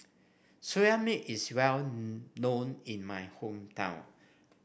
Soya Milk is well known in my hometown